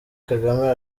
kagame